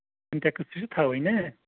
syntax تہِ چھِ تھاوٕنۍ ہے